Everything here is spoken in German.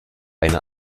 eine